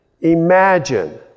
Imagine